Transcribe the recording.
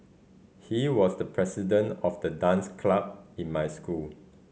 he was the president of the dance club in my school